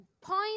Point